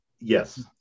Yes